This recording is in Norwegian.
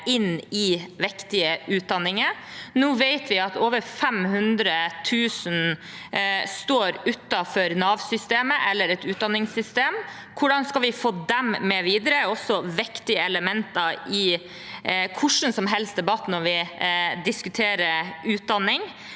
inn i viktige utdanninger. Nå vet vi at over 500 000 står utenfor Nav-systemet eller et utdanningssystem. Hvordan vi skal få dem med videre, er også et viktig element i en hvilken som helst debatt når vi diskuterer utdanning.